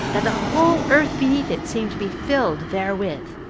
that the whole earth beneath it seemed to be filled therewith.